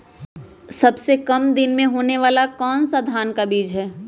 सबसे काम दिन होने वाला धान का कौन सा बीज हैँ?